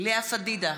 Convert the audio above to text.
לאה פדידה,